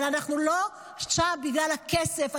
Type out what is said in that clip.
אבל אנחנו לא שם בגלל הכסף,